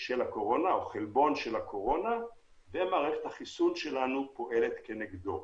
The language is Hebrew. של הקורונה ומערכת החיסון שלנו פועלת כנגדו.